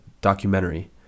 documentary